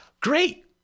great